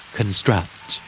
Construct